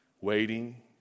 waiting